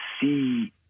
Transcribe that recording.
see